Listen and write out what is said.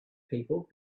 people